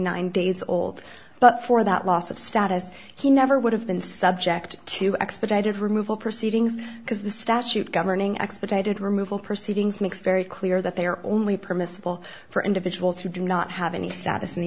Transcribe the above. nine days old but for that loss of status he never would have been subject to expedited removal proceedings because the statute governing expedited removal proceedings makes very clear that they are only permissible for individuals who do not have any